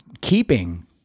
keeping